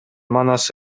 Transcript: манас